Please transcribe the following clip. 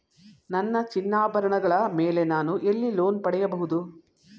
ನನ್ನ ಚಿನ್ನಾಭರಣಗಳ ಮೇಲೆ ನಾನು ಎಲ್ಲಿ ಲೋನ್ ಪಡೆಯಬಹುದು?